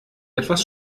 etwas